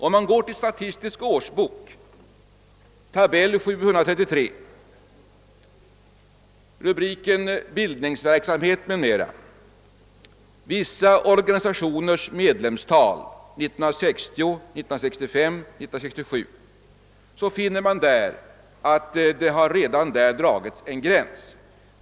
Om man går till Statistisk årsbok, tabell 377, rubriken »Bildningsverksamhet m.m.» med uppgifter om vissa organisationers medlemstal 1960, 1965 och 1967, finner man att där redan har dragits en gräns.